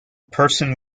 person